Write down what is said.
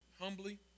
humbly